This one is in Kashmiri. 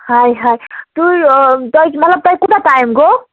ہاے ہاے تُہۍ تۄہہِ مطلب تۄہہِ کوٗتاہ ٹایِم گوٚو